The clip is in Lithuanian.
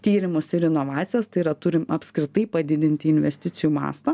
tyrimus ir inovacijas tai yra turim apskritai padidinti investicijų mastą